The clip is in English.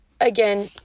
again